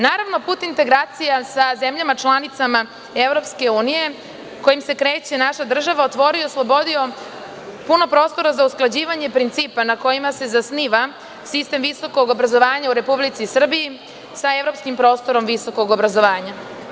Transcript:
Naravno, put integracija sa zemljama članicama EU kojim se kreće naša država otvorio je i oslobodio puno prostora za usklađivanje principa na kojima se zasniva sistem visokog obrazovanja u Republici Srbiji sa evropskim prostorom visokog obrazovanja.